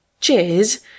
Cheers